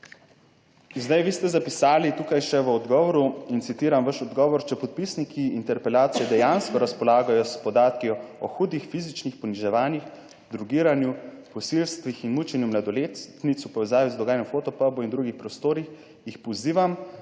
zdaj, vi ste zapisali tukaj še v odgovoru in citiram vaš odgovor, »če podpisniki interpelacije dejansko razpolagajo s podatki o hudih fizičnih poniževanjih, drogiranju, posilstvih in mučenju mladoletnic v povezavi z dogajanjem v Fotopobu in drugih prostorih, jih pozivam,